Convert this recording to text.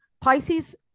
Pisces